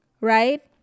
right